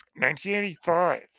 1985